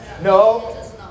No